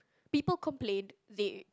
people complain they